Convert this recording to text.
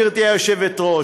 גברתי היושבת-ראש,